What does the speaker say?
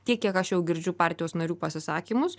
tiek kiek aš jau girdžiu partijos narių pasisakymus